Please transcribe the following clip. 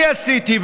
אני עשיתי,